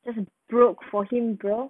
这是 bro for him bro